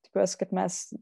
tikiuosi kad mes